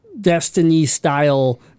Destiny-style